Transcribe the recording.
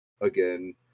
again